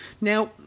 Now